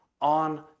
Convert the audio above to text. on